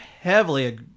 heavily